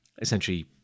essentially